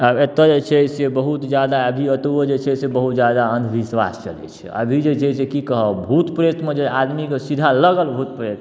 आब एतऽ जे छै से बहुत जादा अभी एतबौ जे छै से बहुत जादा अंधविश्वास चलै छै अभी जे छै से की कहब भूत प्रेतमे जे आदमीके सीधा लगल भूत प्रेत